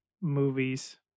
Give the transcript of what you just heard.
movies